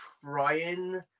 trying